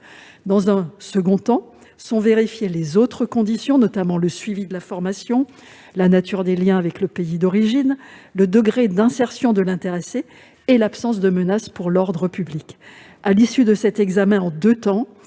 Dans un second temps sont vérifiées les autres conditions, notamment le suivi de la formation, la nature des liens avec le pays d'origine, le degré d'insertion de l'intéressé et l'absence de menace pour l'ordre public. À l'issue de cet examen en deux temps,